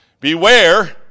Beware